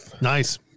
Nice